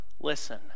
Listen